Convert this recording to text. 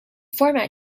format